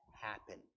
happen